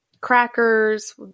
crackers